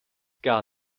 gar